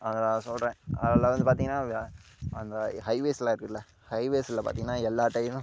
அதை நான் சொல்கிறேன் அதெல்லாம் வந்து பார்த்திங்கன்னா வா அந்த ஹைவேஸில் இருக்குதுல்ல ஹைவேஸில் பார்த்திங்கன்னா எல்லாம் டைம்